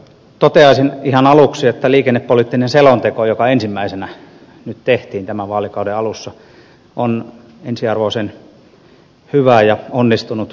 toteaisin ihan aluksi että liikennepoliittinen selonteko joka ensimmäisenä nyt tehtiin tämän vaalikauden alussa on ensiarvoisen hyvä ja onnistunut asiakirja